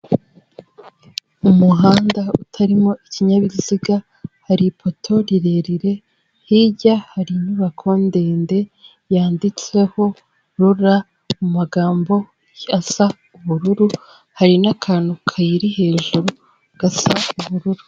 Umuhanda utarimo ikinyabiziga hari ipoto rirerire hirya hari inyubako ndende yanditseho RURA mumagambo asa ubururu hari n'akantu kayiri hejuru gasa ubururu.